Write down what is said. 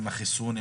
עם החיסון,